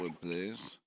please